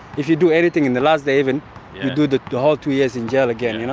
if you do anything, in the last day even, you do the the whole two years in jail again, you know.